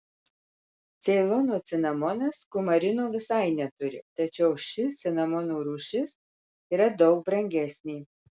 ceilono cinamonas kumarino visai neturi tačiau ši cinamono rūšis yra daug brangesnė